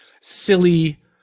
silly